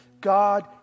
God